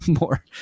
more